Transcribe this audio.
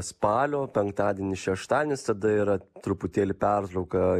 spalio penktadienis šeštadienis tada yra truputėlį pertrauka